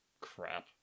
crap